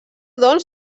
doncs